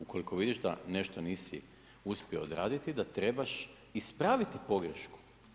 Ukoliko vidiš da nešto nisi uspio odraditi da trebaš ispraviti pogrešku.